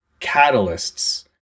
catalysts